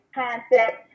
concept